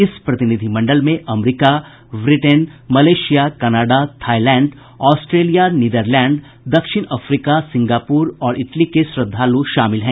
इस प्रतिनिधिमंडल में अमरीका Britain Malaysia Canada Thailand Australia Netherland दक्षिण अफ्रीका सिंगापुर और इटली के श्रद्धालु शामिल हैं